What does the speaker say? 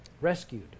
Rescued